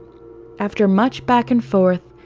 after much back and forth,